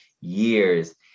years